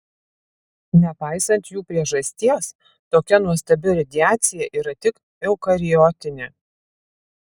nepaisant jų priežasties tokia nuostabi radiacija yra tik eukariotinė